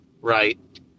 right